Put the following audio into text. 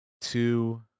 two